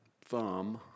thumb